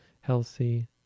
healthy